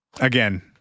Again